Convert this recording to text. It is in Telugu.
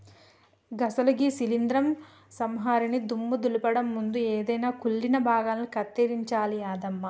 అసలు గీ శీలింద్రం సంహరినితో దుమ్ము దులపండి ముందు ఎదైన కుళ్ళిన భాగాలను కత్తిరించాలి యాదమ్మ